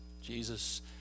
Jesus